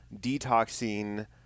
detoxing